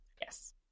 Yes